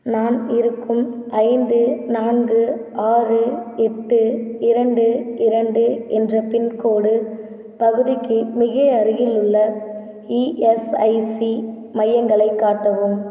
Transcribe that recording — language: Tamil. நான் இருக்கும் ஐந்து நான்கு ஆறு எட்டு இரண்டு இரண்டு என்ற பின்கோடு பகுதிக்கு மிக அருகிலுள்ள இஎஸ்ஐசி மையங்களைக் காட்டவும்